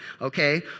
okay